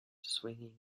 swinging